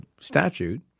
statute